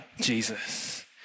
Jesus